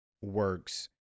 works